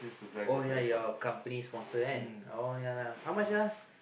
oh yeah your company sponsor uh oh yeah lah how much ah